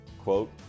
quote